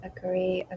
Agree